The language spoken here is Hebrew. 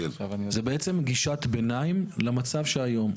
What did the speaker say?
זו בעצם גישת ביניים למצב שהיום.